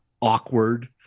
Awkward